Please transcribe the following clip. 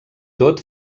tot